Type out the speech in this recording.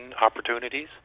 opportunities